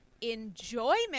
enjoyment